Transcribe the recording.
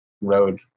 road